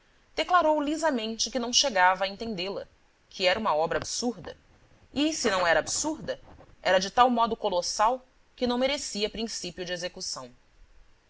declarou lisamente que não chegava a entendê la que era uma obra absurda e se não era absurda era de tal modo colossal que não merecia princípio de execução